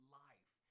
life